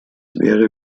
wäre